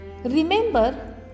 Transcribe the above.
Remember